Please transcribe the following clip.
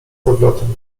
powrotem